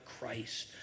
Christ